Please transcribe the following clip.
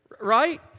Right